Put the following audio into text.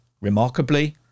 remarkably